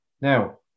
Now